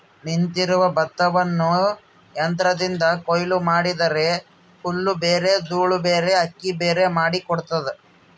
ನಿಂತಿರುವ ಭತ್ತವನ್ನು ಯಂತ್ರದಿಂದ ಕೊಯ್ಲು ಮಾಡಿದರೆ ಹುಲ್ಲುಬೇರೆ ದೂಳುಬೇರೆ ಅಕ್ಕಿಬೇರೆ ಮಾಡಿ ಕೊಡ್ತದ